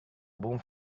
بوم